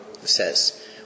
says